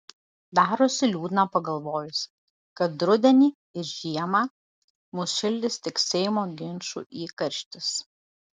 darosi liūdna pagalvojus kad rudenį ir žiemą mus šildys tik seimo ginčų įkarštis